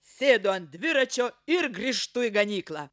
sėdu ant dviračio ir grįžtu į ganyklą